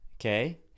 okay